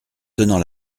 tenant